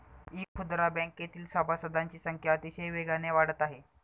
इखुदरा बँकेतील सभासदांची संख्या अतिशय वेगाने वाढत आहे